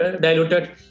diluted